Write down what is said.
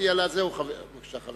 חבר